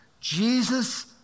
Jesus